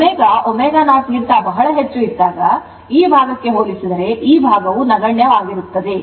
ω ω0 ಕ್ಕಿಂತ ಬಹಳ ಹೆಚ್ಚು ಇದ್ದಾಗ ಈ ಭಾಗಕ್ಕೆ ಹೋಲಿಸಿದರೆ ಈ ಭಾಗವು ನಗಣ್ಯವಾಗಿರುತ್ತದೆ